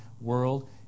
world